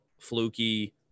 fluky